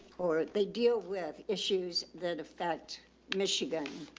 or they deal with issues that affect michigan.